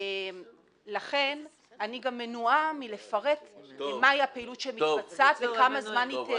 לכן אני מנועה מלפרט מה הפעילות שמתבצעת וכמה זמן היא תארך.